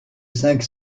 cinq